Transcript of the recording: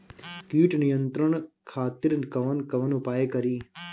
कीट नियंत्रण खातिर कवन कवन उपाय करी?